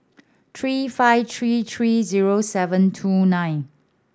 three five three three zero seven two nine